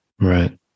right